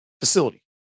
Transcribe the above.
facility